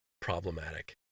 problematic